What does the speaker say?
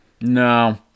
no